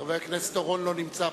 חבר הכנסת אורון לא נמצא פה.